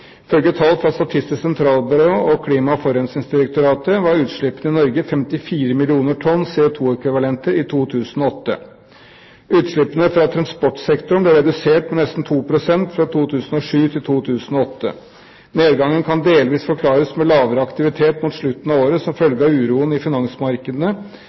tall fra Statistisk sentralbyrå og Klima- og forurensningsdirektoratet var utslippene i Norge 54 millioner tonn CO2-ekvivalenter i 2008. Utslippene fra transportsektoren ble redusert med nesten 2 pst. fra 2007 til 2008. Nedgangen kan delvis forklares med lavere aktivitet mot slutten av året som følge av uroen i finansmarkedene,